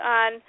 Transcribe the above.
on